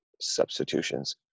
substitutions